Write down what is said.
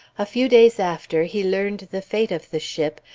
a few days after, he learned the fate of the ship,